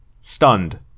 stunned